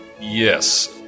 yes